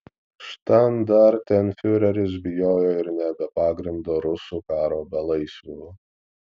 štandartenfiureris bijojo ir ne be pagrindo rusų karo belaisvių